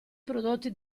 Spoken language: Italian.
prodotti